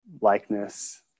likeness